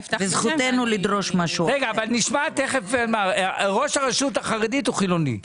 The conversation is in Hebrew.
גם ראש הרשות החרדית הוא חילוני.